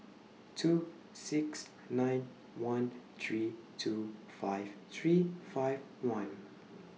two six nine one three two five three five one